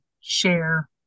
share